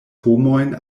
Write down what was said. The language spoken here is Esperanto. homojn